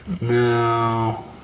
no